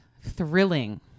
thrilling